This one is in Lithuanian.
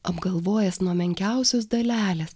apgalvojęs nuo menkiausios dalelės